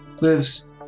lives